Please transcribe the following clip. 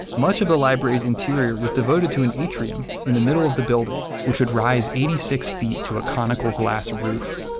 much of the library's interior was devoted to an atrium in the middle of the building, which should rise eighty six feet to a conical glass roof.